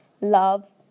Love